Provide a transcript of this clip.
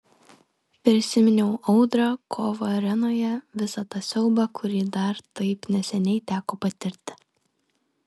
prisiminiau audrą kovą arenoje visą tą siaubą kurį dar taip neseniai teko patirti